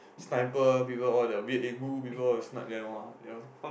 sniper people all the people will snipe them all you know